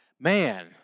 man